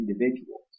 individuals